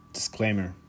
Disclaimer